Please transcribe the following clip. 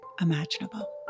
imaginable